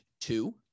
two